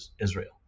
Israel